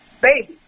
baby